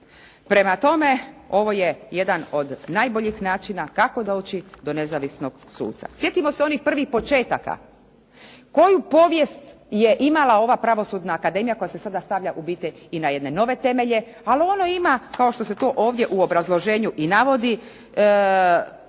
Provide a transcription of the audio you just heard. Prema tome, ovo je jedan od najboljih načina kako doći do nezavisnog suca. Sjetimo se onih prvih početaka koju povijest je imala ova Pravosudna akademija koja se sada stavlja u biti i na jedne nove temelje, ali ono ima kao što se to ovdje u obrazloženju i navodi